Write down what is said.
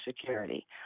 security